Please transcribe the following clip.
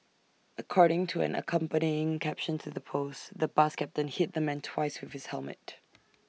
according to an accompanying caption to the post the bus captain hit the man twice with his helmet